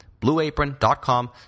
BlueApron.com